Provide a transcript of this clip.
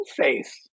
faith